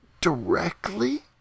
directly